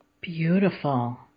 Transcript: Beautiful